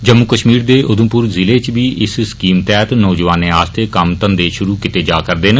जम्मू कष्मीर दे उधमपुर जिले च बी इस स्कीम तैहत नौजवानें आस्तै कम्म धंधे षुरु कीते जारदे न